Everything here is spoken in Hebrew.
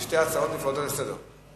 זה שתי הצעות נפרדות לסדר-היום.